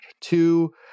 Two